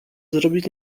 zrobić